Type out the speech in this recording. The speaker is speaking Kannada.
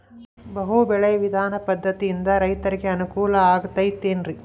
ಬಹು ಬೆಳೆ ವಿಧಾನ ಪದ್ಧತಿಯಿಂದ ರೈತರಿಗೆ ಅನುಕೂಲ ಆಗತೈತೇನ್ರಿ?